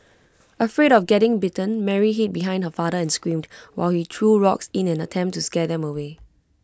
afraid of getting bitten Mary hid behind her father and screamed while he threw rocks in an attempt to scare them away